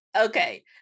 Okay